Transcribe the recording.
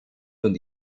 und